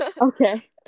okay